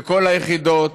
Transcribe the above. בכל היחידות,